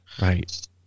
Right